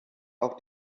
auch